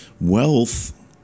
Wealth